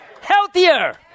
Healthier